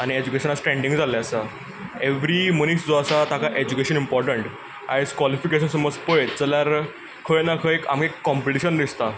आनी एज्युकेशन आयज जाल्लें आसा एव्हरी मनीस जो आसा ताका एज्युकेशन इंपोर्टंट आयज क्वालिफिकेशन समज पयत जाल्यार खंय ना खंय आमी कॉम्पिटिशन दिसता